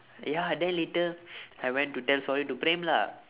ya then later I went to tell sorry to praem lah